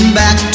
back